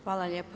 Hvala lijepa.